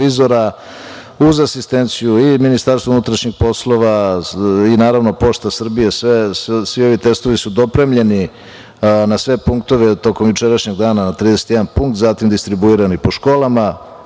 uz asistenciju i MUP-a i naravno, „Pošta Srbije“.Svi ovi testovi su dopremljeni na sve punktove tokom jučerašnjeg dana na 31 punkt, zatim distribuirani po školama.